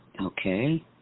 okay